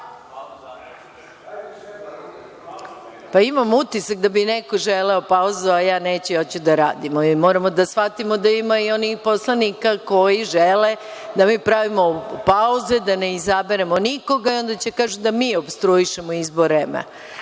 sednicu. Imam utisak da bi neko želeo pauzu, a ja neću, ja hoću da radimo jer moramo da shvatimo da ima i onih poslanika koji žele da mi pravimo pauze, da ne izaberemo nikoga i onda će da kažu da mi opstruišemo izbor REM-a.